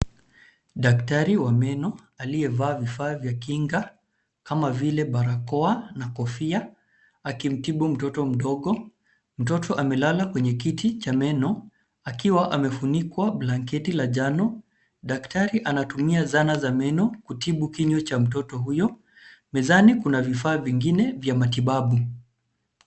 Daktari wa meno aliyevaa vifaa vya kinga kama vile barakoa na kofia akimtibu mtoto mdogo. Mtoto amelala kwenye kiti cha meno akiwa amefunikwa blanketi la njano. Daktari anatumia zana za meno kutibu kinywa cha mtoto huyo. Mezani, kuna vifaa vingine vya matibabu.